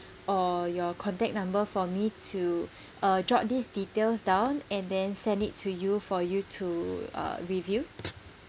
or your contact number for me to uh jot these details down and then send it to you for you to uh review